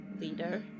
Leader